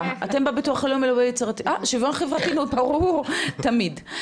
אה שוויון חברתי, נו ברור, תמיד.